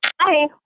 Hi